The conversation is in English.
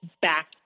back